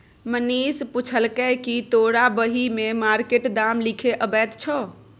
मनीष पुछलकै कि तोरा बही मे मार्केट दाम लिखे अबैत छौ